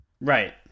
Right